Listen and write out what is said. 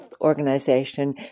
Organization